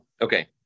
Okay